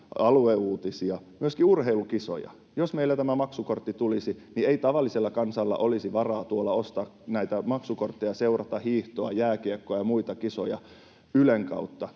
alueuutisia, myöskin urheilukisoja, jos meille tämä maksukortti tulisi, niin ei tavallisella kansalla olisi varaa tuolla ostaa näitä maksukortteja, seurata hiihtoa, jääkiekkoa ja muita kisoja Ylen kautta,